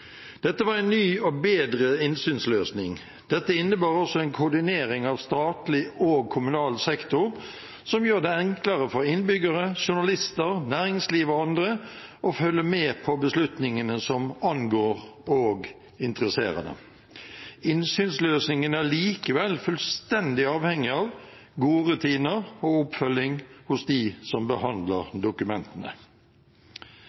Dette var en ny og bedre innsynsløsning. Det innebar også en koordinering av statlig og kommunal sektor som gjør det enklere for innbyggere, journalister, næringsliv og andre å følge med på beslutningene som angår og interesserer dem. lnnsynsløsningen er likevel fullstendig avhengig av gode rutiner og oppfølging hos dem som behandler